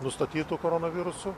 nustatytu koronavirusu